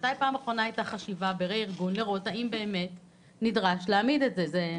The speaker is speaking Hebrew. מתי הייתה חשיבה האם באמת נדרש להעמיד את זה?